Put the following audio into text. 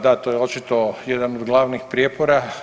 Da, to je očito jedan od glavnih prijepora.